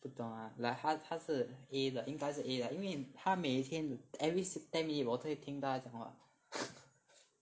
不懂 lah like 他他是 A 的应该是 A 的因为他每天 every ten minutes 我可以听到他讲话